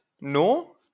No